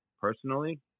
personally